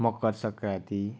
Makar Sankranti